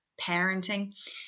parenting